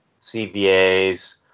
CVAs